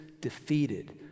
defeated